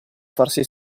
farsi